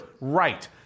Right